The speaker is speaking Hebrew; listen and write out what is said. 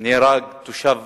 נהרג תושב